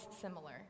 similar